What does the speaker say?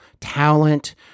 talent